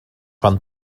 van